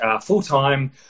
full-time